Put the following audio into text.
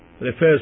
refers